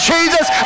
Jesus